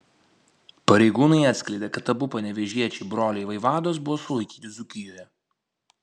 pareigūnai atskleidė kad abu panevėžiečiai broliai vaivados buvo sulaikyti dzūkijoje